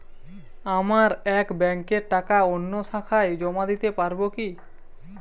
আমার এক ব্যাঙ্কের টাকা অন্য শাখায় জমা দিতে পারব কি?